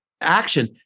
action